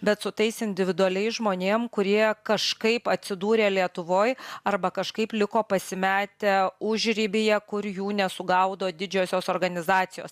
bet su tais individualiais žmonėm kurie kažkaip atsidūrė lietuvoj arba kažkaip liko pasimetę užribyje kur jų nesugaudo didžiosios organizacijos